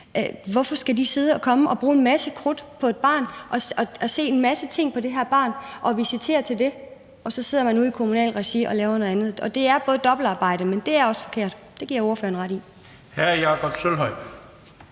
Hvorfor skal de bruge en masse krudt på et barn, se en masse ting hos det barn og visitere ud fra det, og så sidder der læger i kommunalt regi, som gør noget andet? Det er både dobbeltarbejde, og det er også forkert. Det giver jeg ordføreren ret i. Kl. 19:56 Den fg.